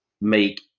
make